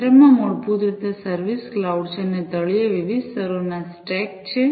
કેન્દ્રમાં મૂળભૂત રીતે સર્વિસ ક્લાઉડ છે અને તળિયે વિવિધ સ્તરોનો સ્ટેક છે